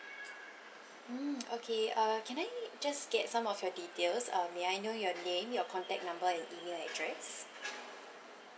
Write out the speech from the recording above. mm okay uh can I just get some of your details um may I know your name your contact number and email address